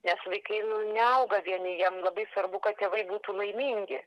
nes vaikai neauga vieni jiem labai svarbu kad tėvai būtų laimingi